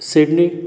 Sydney